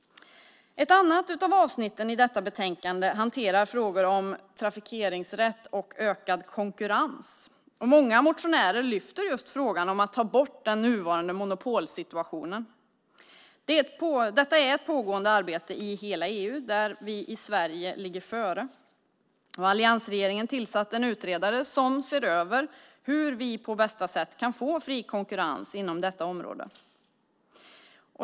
Ett annat av avsnitten i detta betänkande hanterar frågor om trafikeringsrätt och ökad konkurrens. Många motionärer lyfter upp frågan om att ta bort den nuvarande monopolsituationen. Detta är ett pågående arbete i hela EU, där vi i Sverige ligger före. Alliansregeringen tillsatte en utredare som ser över hur vi på bästa sätt kan få fri konkurrens inom detta område.